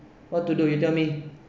what to do you tell me